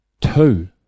two